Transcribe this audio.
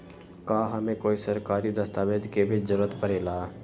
का हमे कोई सरकारी दस्तावेज के भी जरूरत परे ला?